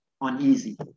uneasy